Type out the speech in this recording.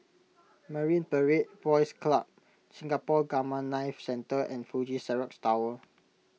Marine Parade Boys Club Singapore Gamma Knife Centre and Fuji Xerox Tower